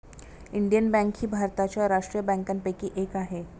Indian bank ही भारताच्या राष्ट्रीय बँकांपैकी एक आहे